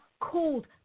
called